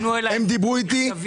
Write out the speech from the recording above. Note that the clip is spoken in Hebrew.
למה הם לא הגיעו?